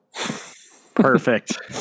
Perfect